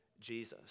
Jesus